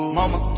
Mama